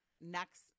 Next